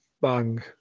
Bang